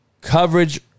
coverage